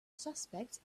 suspects